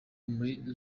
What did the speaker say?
muri